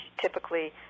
typically